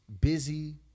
busy